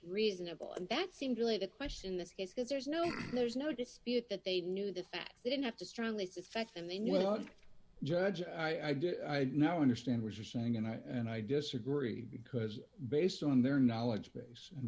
reasonable and that seemed really the question in this case because there's no there's no dispute that they knew the facts they didn't have to strongly suspect in the new judge i did i now understand what you're saying and i and i disagree because based on their knowledge base and